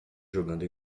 jogando